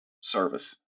Service